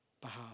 behalf